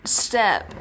step